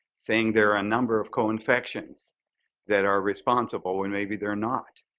saying there are a number of co-infections that are responsible, and maybe they're not,